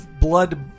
Blood